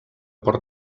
port